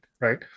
Right